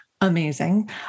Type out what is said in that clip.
Amazing